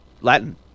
Latin